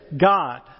God